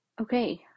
okay